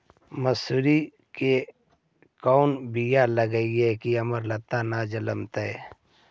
मसुरी के कोन बियाह लगइबै की अमरता न जलमतइ?